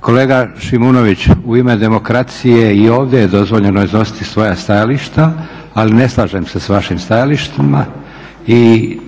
Kolega Šimunović u ime demokracije i ovdje je dozvoljeno iznositi svoja stajališta, ali ne slažem se s vašim stajalištima i